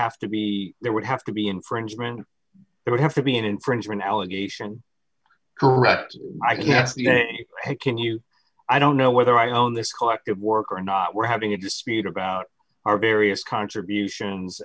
have to be there would have to be infringement it would have to be an infringement allegation correct i guess the can you i don't know whether i own this collective work or not we're having a dispute about our various contributions